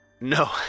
No